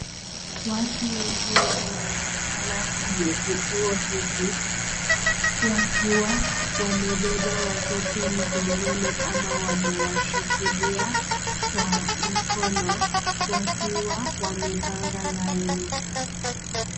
Watu wengi wanaonekana kwenye kituo hiki, wakiwa wamebeba watoto mgongoni ama wamewashikilia kwa mkono wakiwa wamepanga laini.